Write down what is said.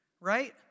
Right